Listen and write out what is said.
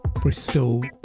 Bristol